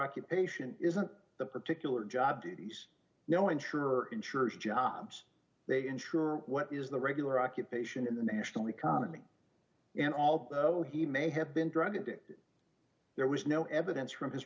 occupation isn't the particular job duties no insurer ensures jobs they insure what is the regular occupation in the national economy and although he may have been drugged there was no evidence from his